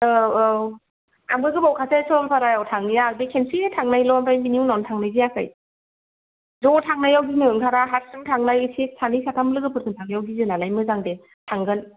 औ औ आंबो गोबावखासै सरलपारायाव थाङैया बे खेबसे थांनायल' ओमफ्राय बिनि उनावनो थांनाय जायाखै ज' थांनायाव गिनो ओंखारा हारसिं थांनाय एसे सानै साथाम लोगोफोरजों थांनायाव गियोनालाय मोजां दे थांगोन